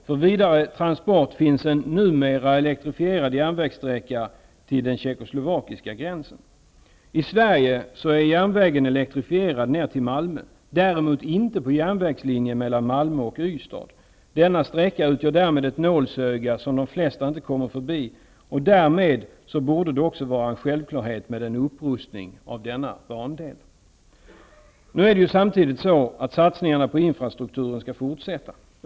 För vidare transport finns det en numera elektrifierad järnvägssträcka till den tjeckoslovakiska gränsen. I Sverige är järnvägen elektrifierad ned till Malmö, däremot inte på järnvägslinjen Malmö--Ystad. Denna sträcka utgör därmed ett nålsöga, som de flesta inte kommer förbi. Därmed borde det vara en självklarhet med en upprustning av denna bandel. Nu är det samtidigt på det sättet att satsningarna på infrastrukturen skall fortsätta.